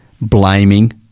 blaming